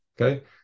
Okay